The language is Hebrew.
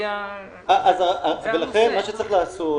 מה שצריך לעשות